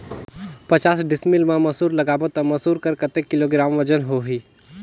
पचास डिसमिल मा मसुर लगाबो ता मसुर कर कतेक किलोग्राम वजन होही?